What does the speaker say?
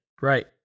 Right